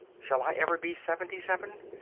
shall i ever be seventy-seven?